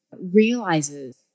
realizes